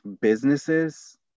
businesses